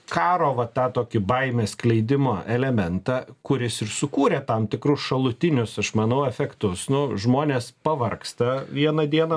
karo va tą tokį baimės skleidimo elementą kuris ir sukūrė tam tikrus šalutinius aš manau efektus nu žmonės pavargsta vieną dieną